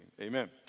amen